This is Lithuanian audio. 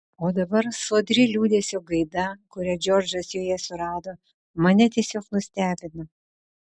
o dabar sodri liūdesio gaida kurią džordžas joje surado mane tiesiog nustebino